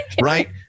Right